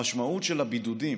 המשמעות של הבידודים